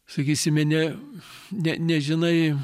sakysime ne ne nežinai